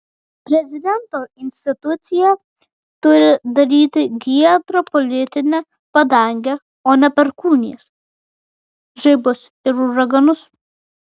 prezidento institucija turi daryti giedrą politinę padangę o ne perkūnijas žaibus ir uraganus